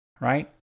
right